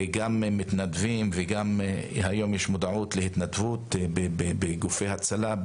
וגם מתנדבים וגם היום יש מודעות להתנדבות בגופי הצלה,